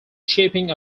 shipping